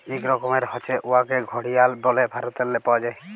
ইক রকমের হছে উয়াকে ঘড়িয়াল ব্যলে ভারতেল্লে পাউয়া যায়